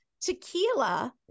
tequila